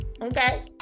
Okay